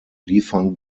defunct